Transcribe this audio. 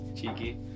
Cheeky